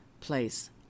place